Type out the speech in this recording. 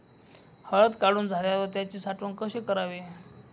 हळद काढून झाल्यावर त्याची साठवण कशी करावी?